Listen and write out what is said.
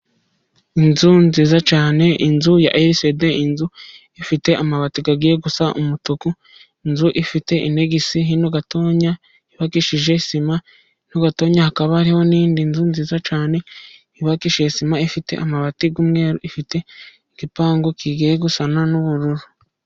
Inzu nziza cyane, inzu ya erisede, inzu ifite amabati agiye gusa umutuku, inzu ifite inegisi, hino gatoya yubakishije sima, hino gatoya hakaba hariho n'indi nzu nziza cyane yubakishe sima, ifite amabati y'umweru, ifite igipangu kigiye gusana n'ubururu.